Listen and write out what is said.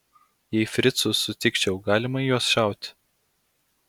jei fricų sutikčiau galima į juos šauti